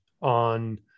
on